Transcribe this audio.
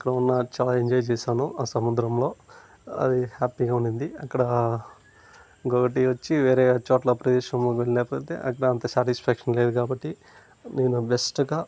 అక్కడ ఉన్న చాలా ఎంజాయ్ చేశాను ఆ సముద్రంలో అది హ్యాపీగా ఉండింది అక్కడా ఇంకొకటి వచ్చి వేరే చోట్ల ప్రదేశం లేకపోతే అక్కడ అంత సాటిస్ఫ్యాక్షన్ లేదు కాబట్టి నేను బెస్టుగా